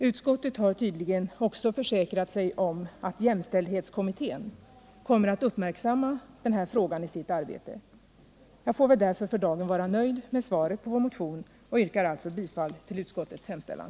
Utskottet har tydligen också försäkrat sig om att jämställdhetskommittén kommer att uppmärksamma frågan i sitt arbete. Jag får väl således för dagen vara nöjd med svaret på vår motion, och jag yrkar bifall till utskottets hemställan.